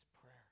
prayer